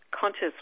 conscious